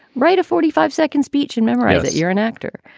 right of forty five seconds speech in memory that you're an actor,